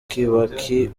kibaki